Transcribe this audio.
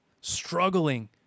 struggling